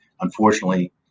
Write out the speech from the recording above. unfortunately